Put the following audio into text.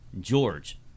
George